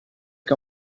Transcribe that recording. che